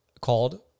called